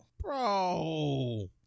bro